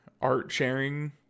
art-sharing